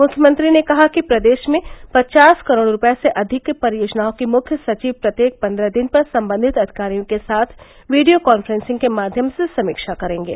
मुख्यमंत्री ने कहा कि प्रदेश में पचास करोड़ रूपये से अधिक की परियोजनाओं की मुख्य सचिव प्रत्येक पंद्रह दिन पर संबंधित अधिकारियों के साथ वीडियो कांफ्रेंसिंग के माध्यम से समीक्षा करेंगे